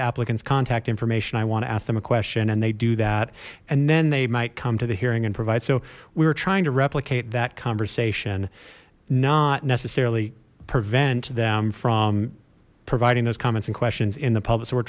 applicants contact information i want to ask them a question and they do that and then they might come to the hearing and provide so we were trying to replicate that conversation not necessarily prevent them from providing those comments and questions in the public so we're